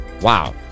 wow